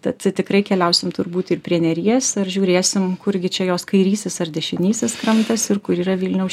tad tikrai keliausim turbūt ir prie neries ir žiūrėsim kurgi čia jos kairysis ar dešinysis krantas ir kur yra vilniaus